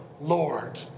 Lord